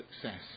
success